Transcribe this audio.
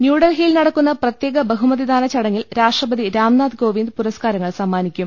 ന്യൂഡൽഹിയിൽ നടക്കുന്ന പ്രത്യേക ബഹുമതിദാന ചടങ്ങിൽ രാഷ്ട്രപതി രാംനാഥ് കോവിന്ദ് പുരസ്കാരങ്ങൾ സമ്മാനിക്കും